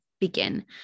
begin